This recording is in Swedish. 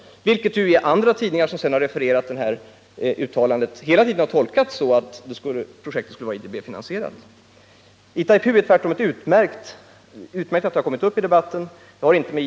Det är andra tidningar som har refererat detta uttalande, och de har hela tiden tolkat det så, att projektet skulle vara IDB-finansierat. Det är utmärkt att Itaipu har kommit upp i debatten.